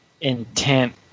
intent